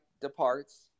departs